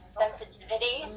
sensitivity